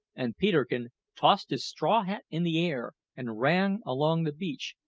and peterkin tossed his straw hat in the air and ran along the beach,